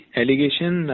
allegation